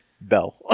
Bell